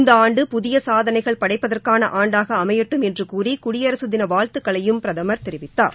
இந்த ஆண்டு புதிய சாதனைகள் படைப்பதற்கான ஆண்டாக அமையட்டும் என்று கூறி குடியரசு தின வாழ்த்துக்களையும் பிரதமர் தெரிவித்தார்